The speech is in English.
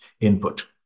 input